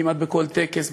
כמעט בכל טקס,